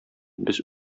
без